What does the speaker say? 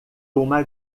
uma